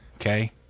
Okay